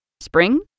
Spring